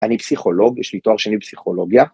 אני פסיכולוג, יש לי תואר שני בפסיכולוגיה.